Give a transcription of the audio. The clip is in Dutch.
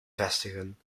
vestigen